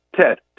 Ted